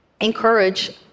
encourage